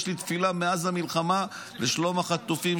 יש לי תפילה מאז המלחמה לשלום החטופים,